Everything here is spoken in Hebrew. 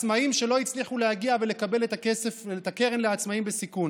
עצמאים שלא הצליחו להגיע ולקבל את הקרן לעצמאים בסיכון.